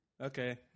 Okay